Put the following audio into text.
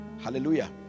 Hallelujah